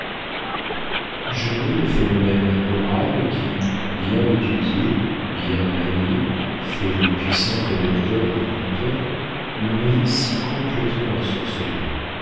jamais le phénomène oral qui bien étudié bien manié fait la puissance de l'acteur et du conteur ne m'avait si complétement ensorcelé